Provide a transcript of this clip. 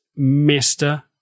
Mr